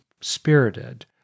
spirited